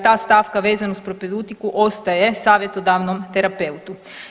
Ta stavka vezana uz propedutiku ostaje savjetodavnom terapeutu.